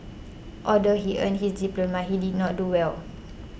although he earned his diploma he did not do well